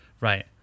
Right